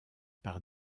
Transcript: par